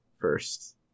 first